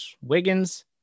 Wiggins